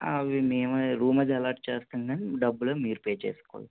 అవి మేమే రూమ్ అది అలాట్ చేస్తాము కానీ డబ్బులు అవి మీరు పే